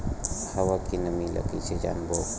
हवा के नमी ल कइसे जानबो?